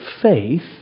faith